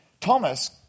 Thomas